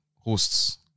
hosts